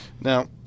Now